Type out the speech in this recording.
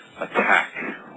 attack